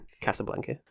Casablanca